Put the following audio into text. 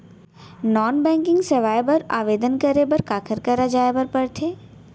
non banking सेवाएं बर आवेदन करे बर काखर करा जाए बर परथे